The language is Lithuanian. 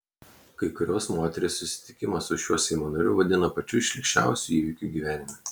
kai kurios moterys susitikimą su šiuo seimo nariu vadina pačiu šlykščiausiu įvykiu gyvenime